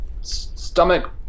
stomach